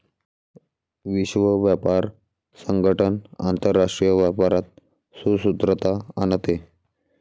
विश्व व्यापार संगठन आंतरराष्ट्रीय व्यापारात सुसूत्रता आणते